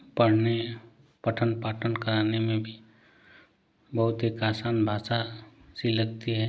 पढ़ने या पठन पाठन करने में भी बहुत एक आसान भाषा सी लगती है